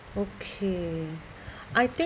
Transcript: okay I think